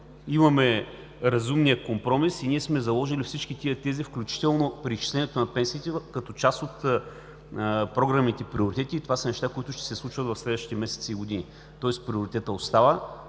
имаме разумния компромис и ние сме заложили всичко това, включително преизчислението на пенсиите, като част от програмните приоритети и това са неща, които ще се случват в следващите месеци и години. Тоест приоритетът остава,